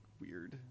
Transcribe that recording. weird